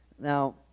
Now